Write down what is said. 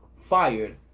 fired